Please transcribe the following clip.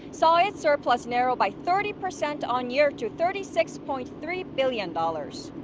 saw its surplus narrow by thirty percent on-year to thirty six point three billion dollars.